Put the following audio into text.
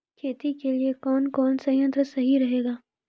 खेती के लिए कौन कौन संयंत्र सही रहेगा?